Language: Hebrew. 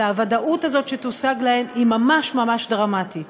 הוודאות הזאת שתושג להן היא ממש ממש דרמטית.